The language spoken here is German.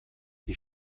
die